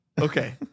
Okay